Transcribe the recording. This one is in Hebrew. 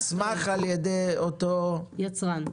זאת אומרת, הוא מוסמך על ידי אותו --- יצרן.